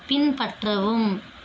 பின்பற்றவும்